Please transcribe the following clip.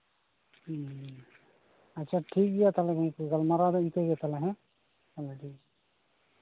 ᱦᱮᱸ ᱟᱪᱪᱷᱟ ᱴᱷᱤᱠ ᱜᱮᱭᱟ ᱛᱟᱦᱞᱮ ᱢᱟ ᱤᱱᱠᱟᱹ ᱜᱮ ᱛᱟᱦᱞᱮ ᱦᱮᱸ ᱦᱮᱸ ᱢᱟ ᱴᱷᱤᱠ ᱜᱮᱭᱟ